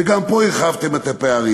וגם פה הרחבתם את הפערים.